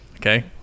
Okay